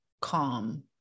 calm